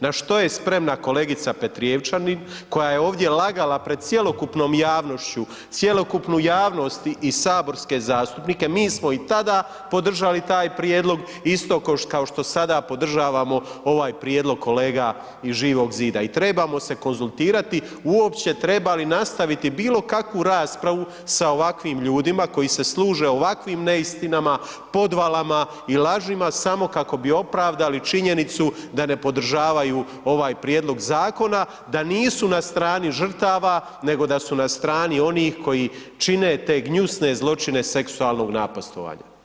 Na što je spremna kolegica Petrijevčanin, koja je ovdje lagala pred cjelokupnom javnošću, cjelokupnu javnost i saborske zastupnike, mi smo i tada podržali taj prijedlog, isto kao što sada podržavamo ovaj prijedlog kolega iz Živog zida i trebamo se konzultirati uopće trebali nastaviti bilo kakvu raspravu sa ovakvim ljudima, koji se služe ovakvim neistinama, podvalama i lažima, samo kako bi opravdali činjenicu da ne podržavaju ovaj prijedlog zakona, da nisu na strani žrtava, nego da su na strani onih koji čine te gnjusne zločine seksualnog napastovanja.